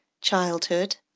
childhood